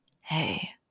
Hey